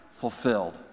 fulfilled